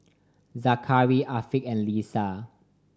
Zakaria Afiq and Lisa